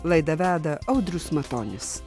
laidą veda audrius matonis